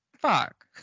fuck